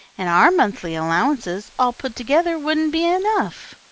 and our monthly allowances, all put together, wouldn't be enough.